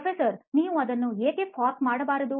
ಪ್ರೊಫೆಸರ್ನೀವು ಅದನ್ನು ಏಕೆ ಫೋರ್ಕ್ ಮಾಡಬಾರದು